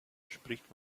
spricht